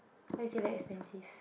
cause he said very expensive